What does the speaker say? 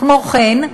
כמו כן,